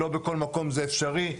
לא בכל מקום זה אפשרי.